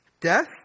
Death